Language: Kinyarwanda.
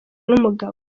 numugabo